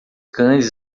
cães